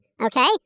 okay